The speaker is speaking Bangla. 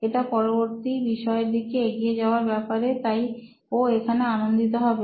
এটা পরবর্তী বিষয়ের দিকে এগিয়ে যাওয়ার ব্যাপারে তাই ও এখানে আনন্দিত হবে